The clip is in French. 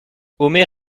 omer